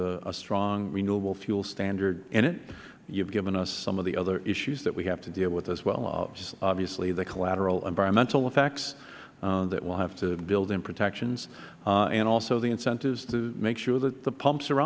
a strong renewable fuel standard in it you have given us some of the other issues that we have to deal with as well obviously the collateral environmental effects that we will have to build in protections and also the incentives to make sure that the pumps are